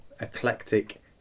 eclectic